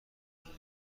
میرسد